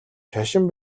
шашин